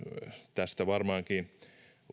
tästä varmaankin